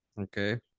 okay